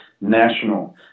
national